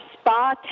spa